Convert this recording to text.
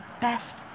best